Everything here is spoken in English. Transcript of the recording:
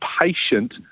patient